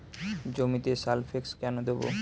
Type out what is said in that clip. জমিতে সালফেক্স কেন দেবো?